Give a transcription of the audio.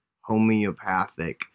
homeopathic